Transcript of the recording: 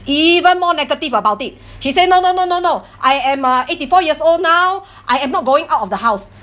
even more negative about it she said no no no no no I am uh eighty four years old now I am not going out of the house